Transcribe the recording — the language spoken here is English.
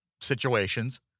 situations